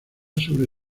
sobre